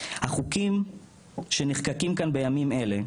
החוקים שנחקקים כאן בימים אלה,